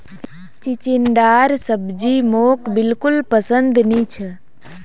चिचिण्डार सब्जी मोक बिल्कुल पसंद नी छ